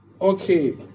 okay